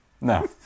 No